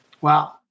Wow